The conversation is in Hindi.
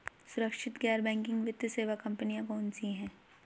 सुरक्षित गैर बैंकिंग वित्त सेवा कंपनियां कौनसी हैं?